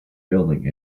building